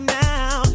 now